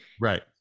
Right